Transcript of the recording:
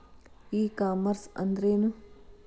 E commerce ಅಂದ್ರೇನು?